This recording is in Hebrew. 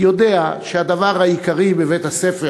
יודע שהדבר העיקרי בבית-הספר,